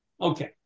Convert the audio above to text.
Okay